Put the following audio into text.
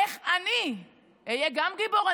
איך גם אני אהיה גיבור?